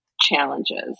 challenges